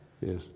yes